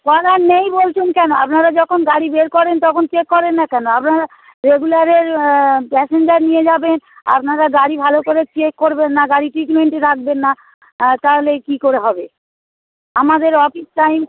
করার নেই বলছেন কেন আপনারা যখন গাড়ি বের করেন তখন চেক করেন না কেন আপনারা রেগুলারের প্যাসেঞ্জার নিয়ে যাবেন আপনারা গাড়ি ভালো করে চেক করবেন না গাড়ি ট্রিটমেন্টে রাখবেন না তাহলে কী করে হবে আমাদের অফিস টাইম